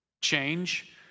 Change